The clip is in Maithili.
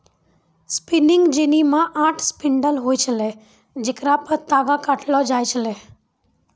स्पिनिंग जेनी मे आठ स्पिंडल होय छलै जेकरा पे तागा काटलो जाय छलै